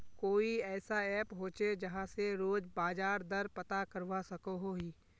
कोई ऐसा ऐप होचे जहा से रोज बाजार दर पता करवा सकोहो ही?